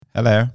Hello